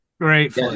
great